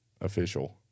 official